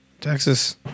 Texas